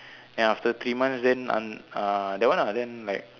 then after three months then un~ uh that one lah then like